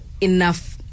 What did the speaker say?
enough